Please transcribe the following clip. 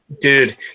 dude